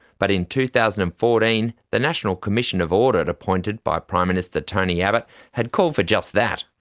but in two thousand and fourteen the national commission of audit appointed by prime minister tony abbott had called for just that.